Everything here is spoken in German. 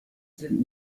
sind